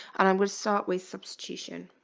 and i will start with substitution